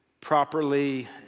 properly